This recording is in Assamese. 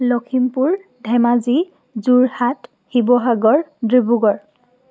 লখিমপুৰ ধেমাজি যোৰহাট শিৱসাগৰ ডিব্ৰুগড়